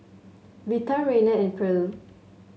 Vita Raynard and Pearle